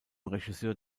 regisseur